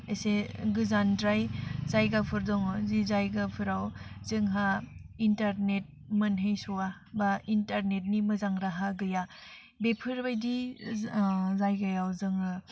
एसे गोजानद्राय जायगाफोर दङ जि जायगाफोराव जोंहा इन्टारनेट मोनहैस'आ बा इन्टारनेटनि मोजां राहा गैया बेफोरबायदि जो जायगायाव जोङो